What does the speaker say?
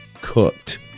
cooked